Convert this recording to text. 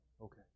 Okay